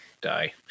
Die